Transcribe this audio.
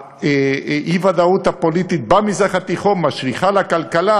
האי-ודאות הפוליטית במזרח התיכון משליכה על הכלכלה,